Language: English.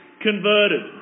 converted